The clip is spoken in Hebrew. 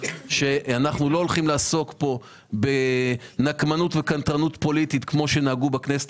שאנחנו לא הולכים לעסוק כאן בנקמנות וקנטרנות פוליטית כמו שנהגו בכנסת